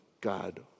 God